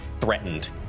threatened